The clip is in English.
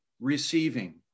receiving